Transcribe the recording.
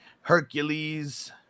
Hercules